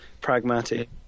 pragmatic